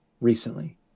recently